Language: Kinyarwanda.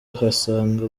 uhasanga